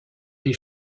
les